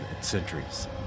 centuries